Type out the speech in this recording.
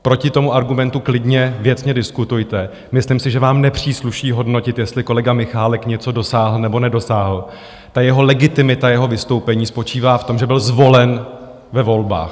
Proti tomu argumentu klidně věcně diskutujte, myslím si, že vám nepřísluší hodnotit, jestli kolega Michálek něco dosáhl nebo nedosáhl, legitimita jeho vystoupení spočívá v tom, že byl zvolen ve volbách.